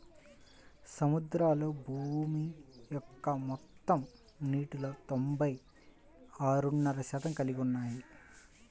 సముద్రాలు భూమి యొక్క మొత్తం నీటిలో తొంభై ఆరున్నర శాతం కలిగి ఉన్నాయి